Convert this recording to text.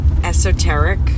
esoteric